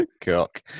Cock